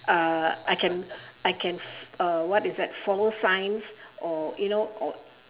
uh I can I can uh what is that follow signs or you know or